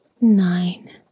nine